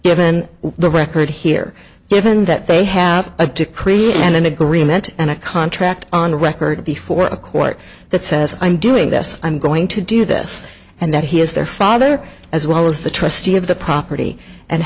given the record here given that they have to create an agreement and a contract on the record before a court that says i'm doing this i'm going to do this and that he is their father as well as the trustee of the property and